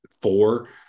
four